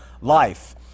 life